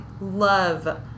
love